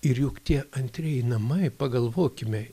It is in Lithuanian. ir juk tie antrieji namai pagalvokime